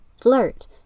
flirt